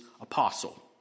apostle